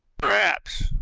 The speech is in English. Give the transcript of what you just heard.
perhaps.